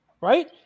right